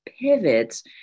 pivots